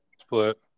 Split